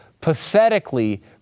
pathetically